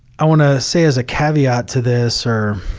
i want to say as a caveat to this, or,